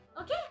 okay